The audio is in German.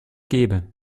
gäbe